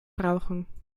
brauchen